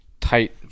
tight